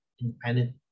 independent